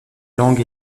langue